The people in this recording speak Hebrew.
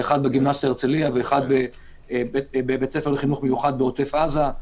בגימנסיה הרצליה ובבית ספר לחינוך מיוחד בעוטף עזה,